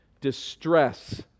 distress